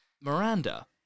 Miranda